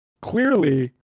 clearly